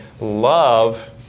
love